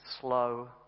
slow